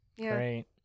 Great